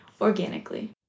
organically